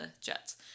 Jets